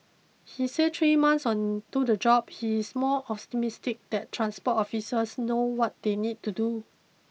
he said three months into the job he is more optimistic that transport officials know what they need to do